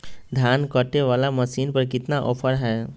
धान कटे बाला मसीन पर कितना ऑफर हाय?